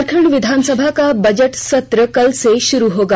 झारखंड विधानसभा का बजट सत्र कल से शुरू होगा